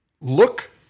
Look